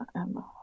Emma